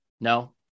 No